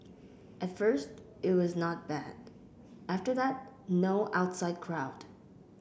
at first it was not bad after that no outside crowd